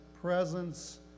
Presence